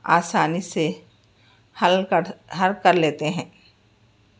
آسانی سے حل کر حل کر لیتے ہیں